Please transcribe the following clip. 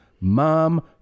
MOM